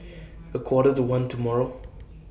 A Quarter to one tomorrow